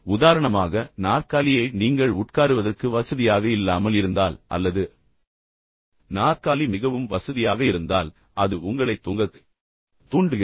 உதாரணமாக நாற்காலியே நீங்கள் உட்காருவதற்கு வசதியாக இல்லாமல் இருந்தால் அல்லது நாற்காலி மிகவும் வசதியாக இருந்தால் அது உங்களை தூங்கத் தூண்டுகிறது